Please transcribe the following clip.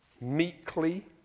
meekly